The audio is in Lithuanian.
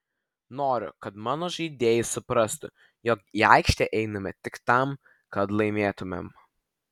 noriu kad mano žaidėjai suprastų jog į aikštę einame tik tam kad laimėtumėm